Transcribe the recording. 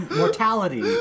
mortality